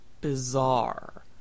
bizarre